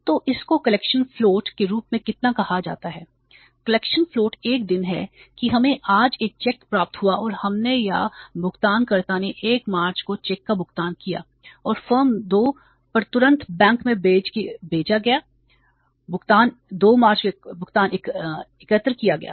तो इसको collection float के रूप में कितना कहा जाता है कलेक्शनफ्लोट 1 दिन है कि हमें आज एक चेक प्राप्त हुआ और हमने या भुगतानकर्ता ने 1 मार्च को चेक का भुगतान किया और फ़र्म 2 पर तुरंत बैंक में भेजा गया मार्च भुगतान एकत्र किया गया था